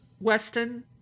weston